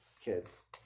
Kids